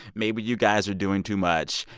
maybe you guys are doing too much.